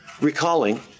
recalling